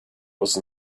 was